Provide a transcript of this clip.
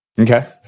Okay